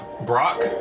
Brock